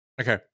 Okay